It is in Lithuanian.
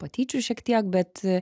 patyčių šiek tiek bet